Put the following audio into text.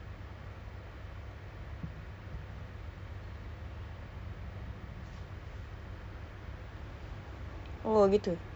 in a group of like five ke six lah tapi kalau tak ada face to face ah dia orang lepak ah tak buat kerja bingit sia